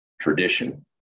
tradition